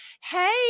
Hey